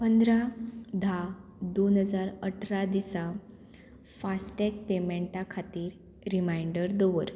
पंदरा धा दोन हजार अठरा दिसा फास्टॅग पेमेंटा खातीर रिमांयडर दवर